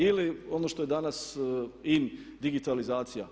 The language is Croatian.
Ili ono što je danas in digitalizacija.